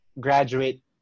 graduate